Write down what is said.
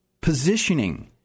positioning